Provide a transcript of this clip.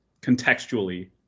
contextually